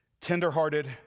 tenderhearted